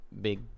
big